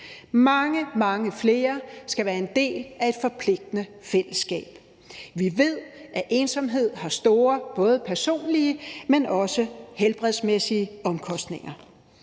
mange flere skal være en del af et forpligtende fællesskab. Vi ved, at ensomhed har store både personlige, men også helbredsmæssige omkostninger.